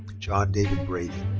john david brady.